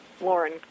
Lauren